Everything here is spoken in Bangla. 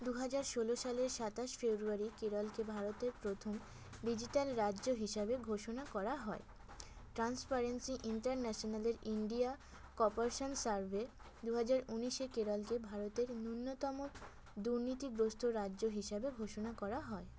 দুহাজার ষোলো সালের সাতাশ ফেব্রুয়ারি কেরলকে ভারতের প্রথম ডিজিটাল রাজ্য হিসাবে ঘোষণা করা হয় ট্রান্সপারেন্সি ইন্টারন্যাশনালের ইন্ডিয়া কপরেশান সার্ভে দুহাজার উনিশে কেরলকে ভারতের ন্যূনতম দুর্নীতিগ্রস্ত রাজ্য হিসাবে ঘোষণা করা হয়